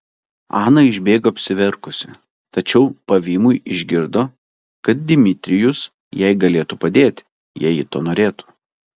ana išbėgo apsiverkusi tačiau pavymui išgirdo kad dmitrijus jai galėtų padėti jei ji to norėtų